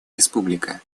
республика